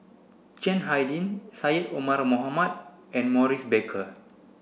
Chiang Hai Ding Syed Omar Mohamed and Maurice Baker